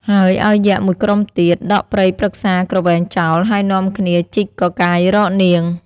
ហើយឲ្យយក្ខ ១ ក្រុមទៀត ដកព្រៃព្រឹក្សាគ្រវែងចោល ហើយនាំគ្នាជីកកកាយរកនាង។